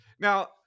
Now